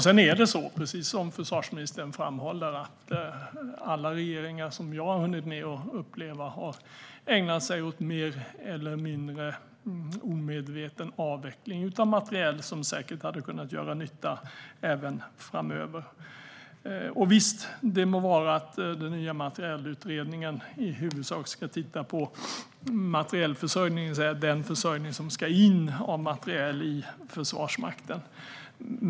Sedan är det ju så, precis som försvarsministern framhåller, att alla regeringar som jag har hunnit uppleva har ägnat sig åt mer eller mindre omedveten avveckling av materiel som säkert hade kunnat göra nytta även framöver. Visst, det må vara att den nya materielutredningen i huvudsak ska titta på materielförsörjningen, det vill säga den försörjning av materiel som ska in i Försvarsmakten.